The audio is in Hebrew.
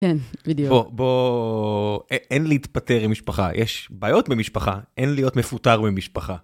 כן, בדיוק. בואו, בוא, אין להתפטר עם משפחה, יש בעיות במשפחה, אין להיות מפותר במשפחה.